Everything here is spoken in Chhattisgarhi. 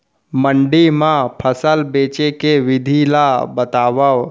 मंडी मा फसल बेचे के विधि ला बतावव?